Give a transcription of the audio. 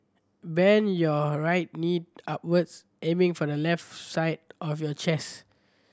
bend your right knee upwards aiming for the left side of your chest